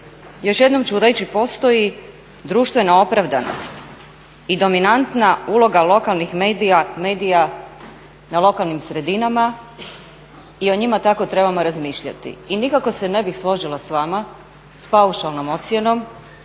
Još jednom ću reći postoji društvena opravdanost i dominantna uloga lokalnih medija, medija na lokalnim sredinama i o njima tako trebamo razmišljati. I nikako se ne bih složila sa vama sa paušalnom ocjenom